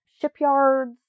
shipyards